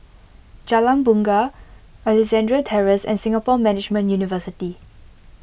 Jalan Bungar Alexandra Terrace and Singapore Management University